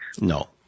no